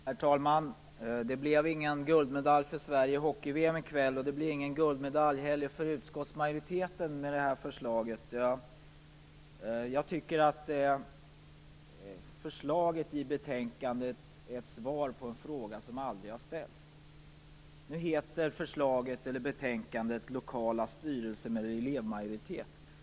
Herr talman! Det blev ingen guldmedalj till Sverige i ishockey-VM i kväll, och det blir inte heller någon guldmedalj för utskottsmajoritetens förslag. Jag tycker att förslaget i betänkandet är ett svar på en fråga som aldrig har ställts. Betänkandet är rubricerat "Lokala styrelser med elevmajoritet".